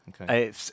okay